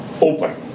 open